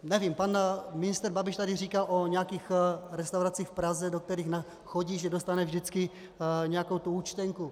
Nevím, pan ministr Babiš tady říkal o nějakých restauracích v Praze, do kterých chodí, že dostane vždycky nějakou tu účtenku.